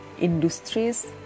Industries